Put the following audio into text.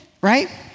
right